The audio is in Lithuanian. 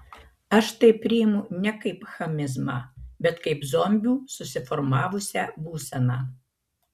aš tai priimu ne kaip chamizmą bet kaip zombių susiformavusią būseną